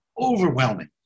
overwhelming